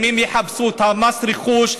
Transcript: אם הם יחפשו את מס הרכוש,